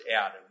Adam